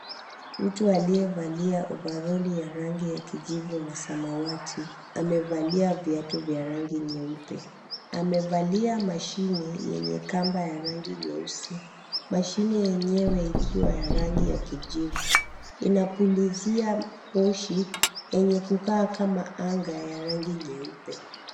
Mtu aliyevalia ovaroli ya rangi ya kijivu na samawati, amevalia viatu vya rangi nyeupe. Amevalia mashini yenye kamba ya rangi nyeusi. Mashini yenyewe ikiwa yenye rangi ya kijivu. Inapulizia moshi yenye kukaa kama anga ya rangi nyeupe.